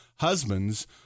Husbands